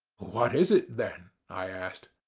what is it then? i asked.